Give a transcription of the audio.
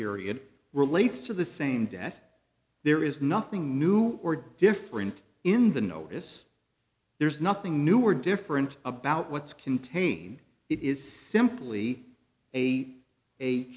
period relates to the same death there is nothing new or different in the notice there's nothing new or different about what's contain it is simply a a